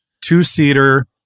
Two-seater